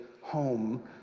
home